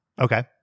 Okay